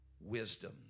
wisdom